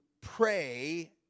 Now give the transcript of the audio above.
pray